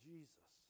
Jesus